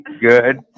Good